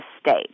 state